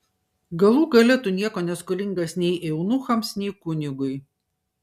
galų gale tu nieko neskolingas nei eunuchams nei kunigui